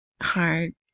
hard